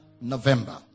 November